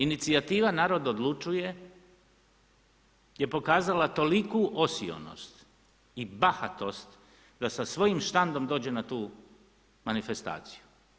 Inicijativa narod odlučuje je pokazala toliku osionost i bahatost da sa svojim štandom dođe na tu manifestaciju.